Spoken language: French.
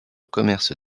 commerce